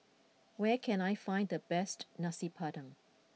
where can I find the best Nasi Padang